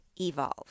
evolve